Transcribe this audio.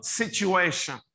situation